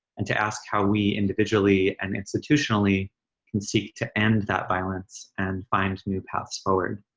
and to ask how we individually and institutionally can seek to end that violence and find new paths forward.